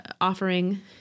offering